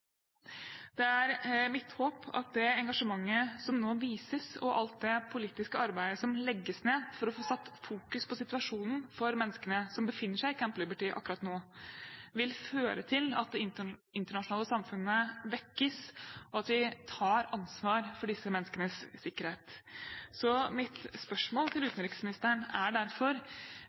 Det er mitt håp at det engasjementet som nå vises, og alt det politiske arbeidet som legges ned for å få satt fokus på situasjonen for menneskene som befinner seg i Camp Liberty akkurat nå, vil føre til at det internasjonale samfunnet vekkes, og at vi tar ansvar for disse menneskenes sikkerhet. Mitt spørsmål til utenriksministeren er derfor: